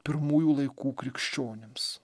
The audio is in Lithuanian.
pirmųjų laikų krikščionims